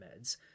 meds